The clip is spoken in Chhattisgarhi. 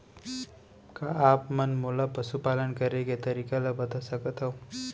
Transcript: का आप मन मोला पशुपालन करे के तरीका ल बता सकथव?